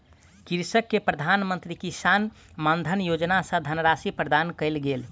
कृषक के प्रधान मंत्री किसान मानधन योजना सॅ धनराशि प्रदान कयल गेल